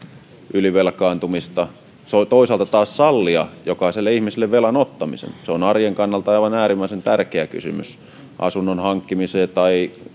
ylivelkaantumista ja toisaalta taas sallia jokaiselle ihmiselle velan ottaminen se on arjen kannalta aivan äärimmäisen tärkeä kysymys asunnon hankkimiseen tai